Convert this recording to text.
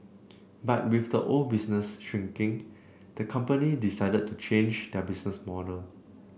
but with the old business shrinking the company decided to change their business model